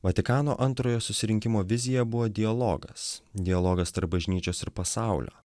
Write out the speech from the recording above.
vatikano antrojo susirinkimo vizija buvo dialogas dialogas tarp bažnyčios ir pasaulio